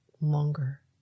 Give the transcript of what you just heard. longer